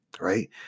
right